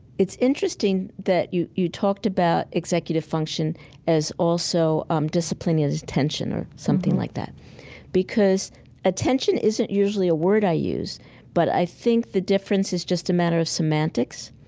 it's interesting that you you talked about executive function as also um disciplining attention or something like that because attention isn't usually a word i use but i think the difference is just a matter of semantics.